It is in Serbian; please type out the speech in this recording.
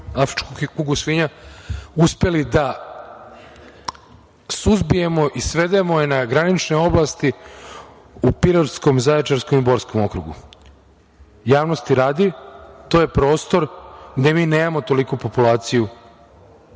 afričku kugu svinja uspeli da suzbijemo i svedemo je na granične oblasti u piratskom, zaječarskom i borkom okrugu. Javnosti radi, to je prostor gde mi nemamo toliku populaciju